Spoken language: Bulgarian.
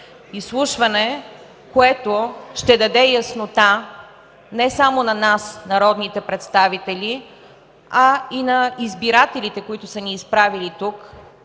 Изслушване, което ще даде яснота не само на нас, народните представители, а и на избирателите, които са ни изпратили тук